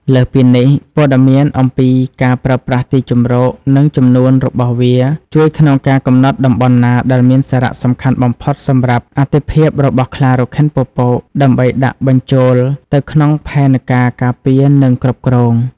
លើសពីនេះ ព័ត៌មានអំពីការប្រើប្រាស់ទីជម្រក និងចំនួនរបស់វាជួយក្នុងការ កំណត់តំបន់ណាដែលមានសារៈសំខាន់បំផុតសម្រាប់អត្ថិភាពរបស់ខ្លារខិនពពក ដើម្បីដាក់បញ្ចូលទៅក្នុងផែនការការពារ និងគ្រប់គ្រង។